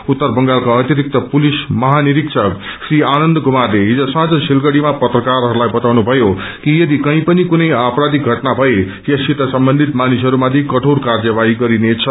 उत्तर बंगालका अतिरिक्त पुलिस मझानिरीबक श्री आनन्द कुमारले हिज साँझ सिलगढ़ीमा पत्रकारहरूलाई बताउनुथयो कि यदि कही पनि कुनै आपराधिक घटना भए यससित सम्बन्धित मानिसहरूमाथि कठोर कार्यवाही गरिनेछ